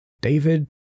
David